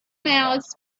mass